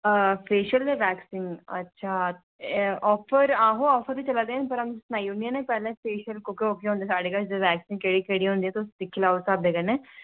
facial ते waxing अच्छा offer आहो आफर ते चला दे न पर अ'ऊं सनाई उड़नी आं ना पैह्ले फेशियल कोके कोके हुंदे साढ़े कश ते वैक्सिंग केह्ड़ी केह्ड़ी हुंदी तुस दिक्खी लैओ अपने स्हाबै कन्नै